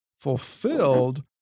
fulfilled